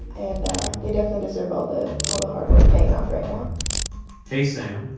and they definitely deserve all the all the hard work paying off right now hey, sam.